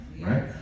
Right